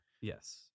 yes